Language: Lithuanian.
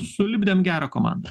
sulipdėm gerą komandą